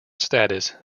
status